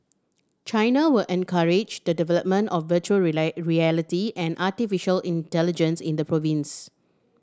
China will encourage the development of virtual reality and artificial intelligence in the province